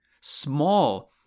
Small